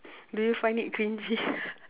do you find it cringey